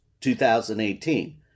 2018